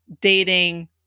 dating